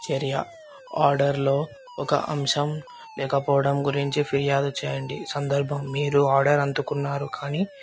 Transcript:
చర్య ఆర్డర్లో ఒక అంశం లేకపోవడం గురించి ఫిర్యాదు చేయండి సందర్భం మీరు ఆర్డర్ అందుకున్నారు కానీ